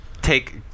take